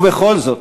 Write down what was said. ובכל זאת,